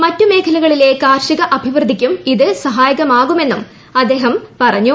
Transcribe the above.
മറ്റു മേഖലകളിലെ കാർഷിക അഭിവൃദ്ധിക്കും ഇത് സഹായകമാകുമെന്നും അദ്ദേഹം പറഞ്ഞു